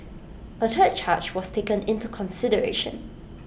A third charge was taken into consideration